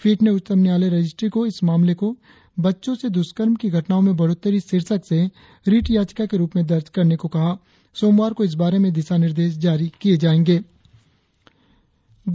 पीठ ने उच्चतम न्यायालय रजिस्ट्री को इस मामले को बच्चों से दुष्कर्म की घटनाओं में बढ़ोत्तरी शीर्षक से रिट यचिका के रुप में दर्ज करने को कहा और सोमवार को इस बारे में दिशा निर्देश जारी करने का फैसला किया